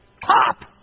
Pop